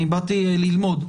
אני באתי ללמוד,